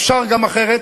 אפשר גם אחרת.